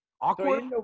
awkward